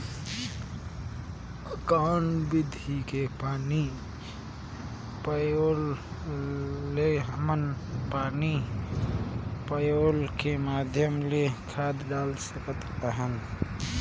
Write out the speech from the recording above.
कौन विधि के पानी पलोय ले हमन पानी पलोय के माध्यम ले खाद डाल सकत हन?